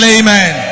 amen